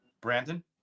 Brandon